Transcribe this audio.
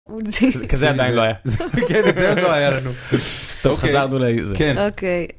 ‫כזה עדיין לא היה. ‫-כן, כזה עדיין לא היה לנו. ‫טוב, חזרנו להעיזה. ‫-כן. אוקיי